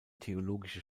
theologische